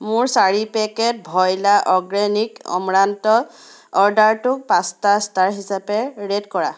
মোৰ চাৰি পেকেট ভইলা অৰ্গেনিক অমৰান্ত অৰ্ডাৰটোক পাঁচটা ষ্টাৰ হিচাপে ৰেট কৰা